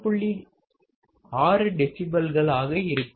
6 டெசிபல்கள் ஆக இருக்கும்